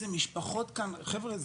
חבר'ה,